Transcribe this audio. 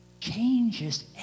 Changes